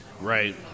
Right